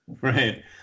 Right